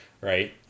right